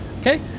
Okay